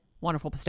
wonderful